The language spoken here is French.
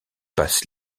passe